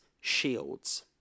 Shields